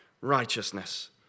righteousness